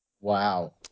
Wow